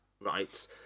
right